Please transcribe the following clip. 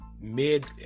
mid